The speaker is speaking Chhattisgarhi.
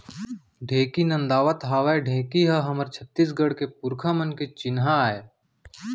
ढेंकी नदावत हावय ढेंकी ह हमर छत्तीसगढ़ के पुरखा मन के चिन्हा आय